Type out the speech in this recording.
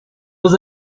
was